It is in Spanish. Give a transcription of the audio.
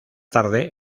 tarde